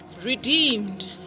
Redeemed